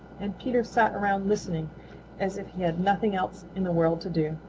and peter sat around listening as if he had nothing else in the world to do.